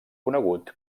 conegut